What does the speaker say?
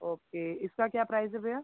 okay इसका क्या price है भैया